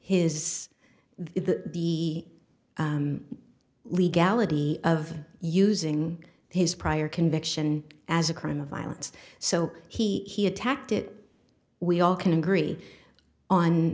his the legality of using his prior conviction as a crime of violence so he attacked it we all can agree on